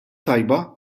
tajba